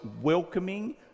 welcoming